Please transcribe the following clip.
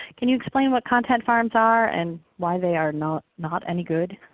can you explain what content farms are and why they are not not any good?